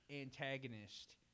antagonist